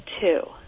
two